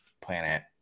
planet